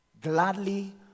gladly